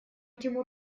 тимур